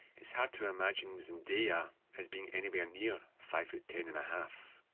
it's hard to imagine zendaya as being anywhere near five foot ten and a half.